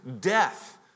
death